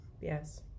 Yes